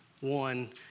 one